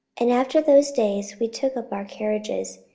and after those days we took up our carriages,